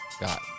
got